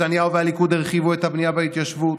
נתניהו והליכוד הרחיבו את הבנייה בהתיישבות,